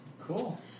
Cool